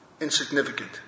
insignificant